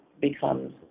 becomes